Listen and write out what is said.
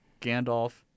Gandalf